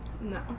No